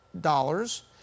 dollars